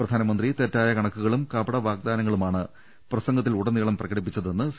പ്രധാനമന്ത്രി തെറ്റായ കണക്കുകളും കപട വാഗ്ദാനങ്ങളുമാണ് പ്രസംഗത്തിലുടനീളം പ്രകടിപ്പിച്ചതെന്ന് സി